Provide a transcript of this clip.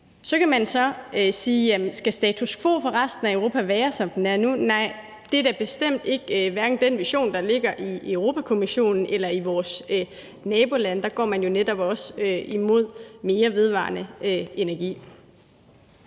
Så kan man sige: Jamen skal status quo for resten af Europa være, som den er nu? Nej, det er da bestemt hverken den vision, der ligger i Europa-Kommissionen eller i vores nabolande. Der går man jo netop også hen imod mere vedvarende energi.